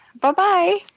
Bye-bye